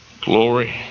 glory